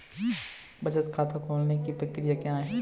बचत खाता खोलने की प्रक्रिया क्या है?